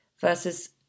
versus